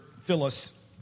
Phyllis